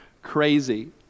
crazy